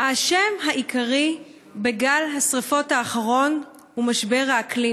האשם העיקרי בגל השרפות האחרון הוא משבר האקלים.